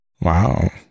Wow